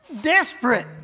desperate